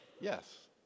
Yes